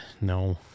no